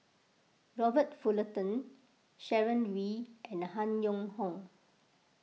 Robert Fullerton Sharon Wee and Han Yong Hong